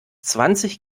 zwanzig